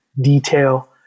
detail